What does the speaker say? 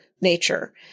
nature